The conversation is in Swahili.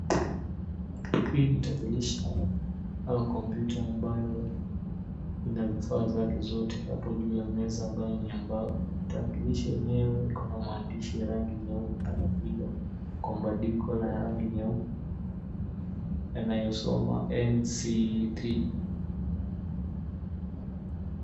Hii ni tarakilishi au kompyuta ambayo ina vifaa zake zote hapo juu ya meza ambaye ni ya mbao. Tarakilishi yenyewe iko na maandishi ya rangi nyeupe iliyo kwa bandiko la rangi nyeupe yanayo soma NC3.